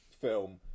film